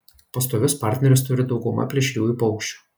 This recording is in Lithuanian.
pastovius partnerius turi dauguma plėšriųjų paukščių